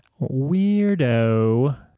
Weirdo